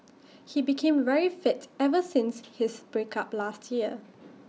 he became very fit ever since his break up last year